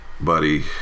buddy